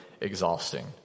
exhausting